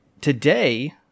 today